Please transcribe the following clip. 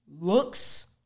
looks